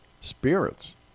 spirits